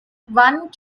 one